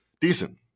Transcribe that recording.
Decent